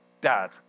dad